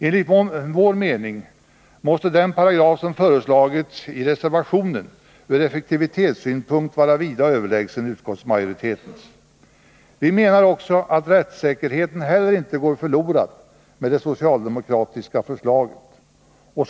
Enligt vår mening måste den 2 § som föreslagits i reservation 4 ur effektivitetssynpunkt vara vida överlägsen utskottsmajoritetens. Vi menar också att rättssäkerheten heller inte går förlorad med det socialdemokratiska förslaget.